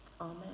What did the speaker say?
Amen